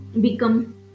become